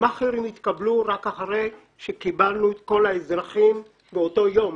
שמאכערים יתקבלו רק אחרי שקיבלנו את כל האזרחים באותו היום.